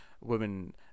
Women